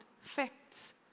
facts